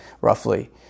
roughly